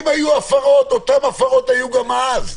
אם היו הפרות אז הייתה הדבקה גם אז.